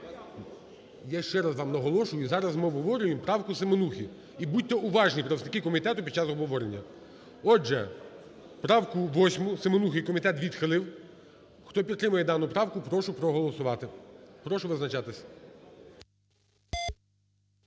Я ще раз вам наголошую, зараз ми обговорюємо правку Семенухи. І будьте уважні, представники комітету, під час обговорення. Отже, правку 8 Семенухи комітет відхилив. Хто підтримує дану правку, прошу проголосувати. Прошу визначатись.